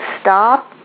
stop